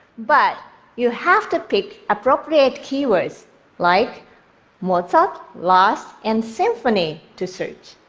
but you have to pick appropriate keywords like mozart, last and symphony to search.